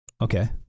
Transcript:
Okay